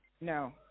No